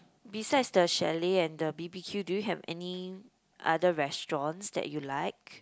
besides the chalet and the B_B_Q do you have any other restaurants that you like